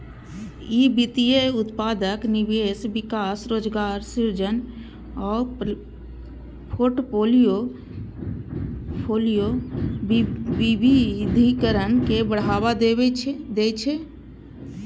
ई वित्तीय उत्पादक निवेश, विकास, रोजगार सृजन आ फोर्टफोलियो विविधीकरण के बढ़ावा दै छै